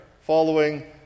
following